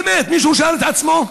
באמת, מישהו שאל את עצמו?